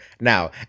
Now